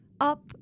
up